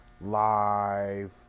live